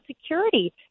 security